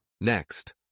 Next